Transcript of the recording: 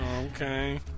Okay